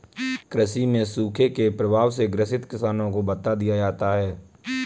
कृषि में सूखे के प्रभाव से ग्रसित किसानों को भत्ता दिया जाता है